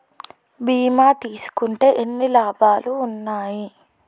బీమా తీసుకుంటే ఎన్ని లాభాలు ఉన్నాయి?